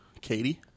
Katie